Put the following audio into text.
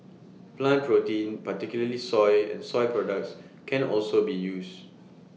plant protein particularly soy and soy products can also be used